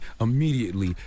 immediately